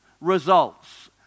results